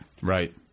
Right